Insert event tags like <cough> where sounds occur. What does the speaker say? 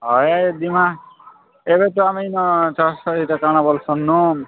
ହଏ ଜିମା ଏବେ ତ ଆମେ ଏଇନା <unintelligible> କାଣା ବୋଲଛନ୍